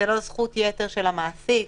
זו לא זכות יתר של המעסיק,